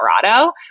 Colorado